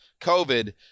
covid